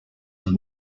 and